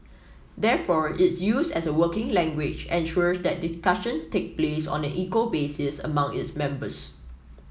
therefore its use as a working language ensures that discussion take place on an equal basis among its members